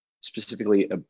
specifically